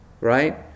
right